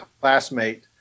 classmate